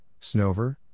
Snover